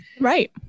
right